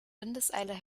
windeseile